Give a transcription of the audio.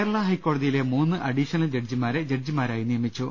കേരള ഹൈക്കോടതിയിലെ മൂന്ന് അഡീഷണൽ ജഡ്ജിമാരെ ജഡ്ജിമാരായി നിയമിച്ചു